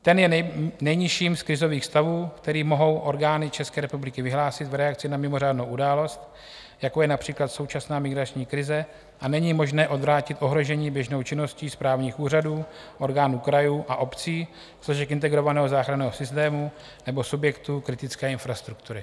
Ten je nejnižším z krizových stavů, který mohou orgány České republiky vyhlásit v reakci na mimořádnou událost, jako je například současná migrační krize, a není ji možné odvrátit v ohrožení běžnou činností správních úřadů, orgánů krajů a obcí, složek integrovaného záchranného systému nebo subjektů kritické infrastruktury.